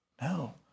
No